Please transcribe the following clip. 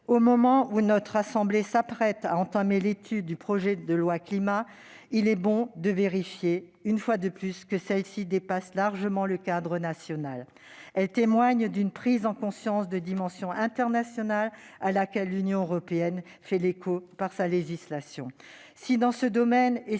Au moment où notre Haute Assemblée s'apprête à entamer l'étude du projet de loi Climat et résilience, il est bon de vérifier, une fois de plus, que celles-ci dépassent largement le cadre national. Elles témoignent d'une prise de conscience de dimension internationale à laquelle l'Union européenne fait écho par sa législation.